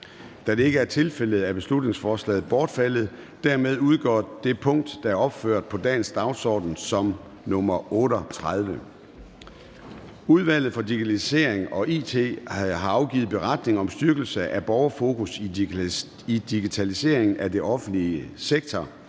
Da det ikke er tilfældet, er beslutningsforslaget bortfaldet. Dermed udgår det punkt, der er opført på dagens dagsorden som nr. 38. Udvalget for Digitalisering og It har afgivet: Beretning om styrkelse af borgerfokus i digitaliseringen af den offentlige sektor.